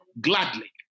gladly